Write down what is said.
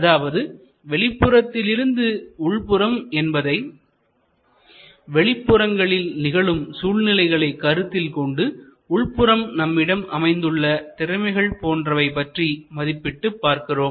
அதாவது வெளிப்புறத்தில் இருந்து உள்புறம் என்பதை வெளிப்புறங்களில் நிகழும் சூழ்நிலைகளை கருத்தில் கொண்டு உட்புறம் நம்மிடம் அமைந்துள்ள திறமைகள் போன்றவை பற்றி மதிப்பிட்டு பார்க்கிறோம்